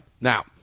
Now